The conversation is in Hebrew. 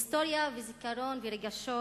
היסטוריה וזיכרון ורגשות